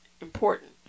important